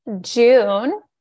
June